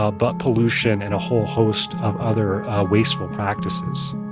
ah but pollution and a whole host of other wasteful practices